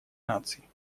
наций